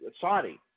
Saudi